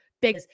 big